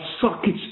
sockets